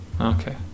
Okay